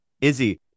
Izzy